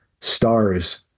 stars